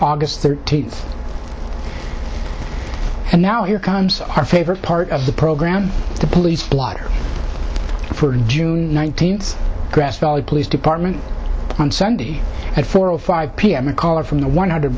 august thirteenth and now here comes our favorite part of the program the police blotter for june nineteenth grass valley police department on sunday at four o five p m a caller from the one hundred